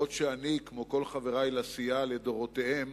אף-על-פי שאני, כמו כל חברי לסיעה לדורותיהם,